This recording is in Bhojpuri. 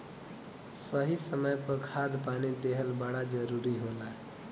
सही समय पर खाद पानी देहल बड़ा जरूरी होला